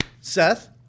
Seth